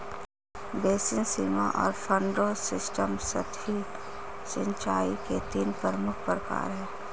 basin, सीमा और furrow system सतही सिंचाई के तीन प्रमुख प्रकार है